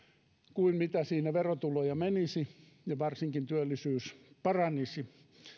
kuin mitä siinä verotuloja menisi ja varsinkin työllisyys paranisi